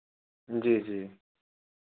जी जी